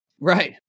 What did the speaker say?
Right